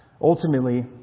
Ultimately